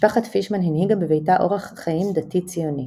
משפחת פישמן הנהיגה בביתה אורח חיים דתי ציוני.